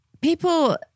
people